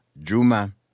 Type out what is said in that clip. Juma